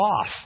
off